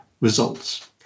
results